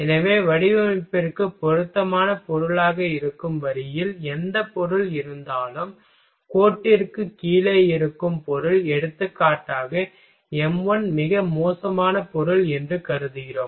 எனவே வடிவமைப்பிற்கு பொருத்தமான பொருளாக இருக்கும் வரியில் எந்த பொருள் இருந்தாலும் கோட்டிற்கு கீழே இருக்கும் பொருள் எடுத்துக்காட்டாக m1 மிக மோசமான பொருள் என்று கருதுகிறோம்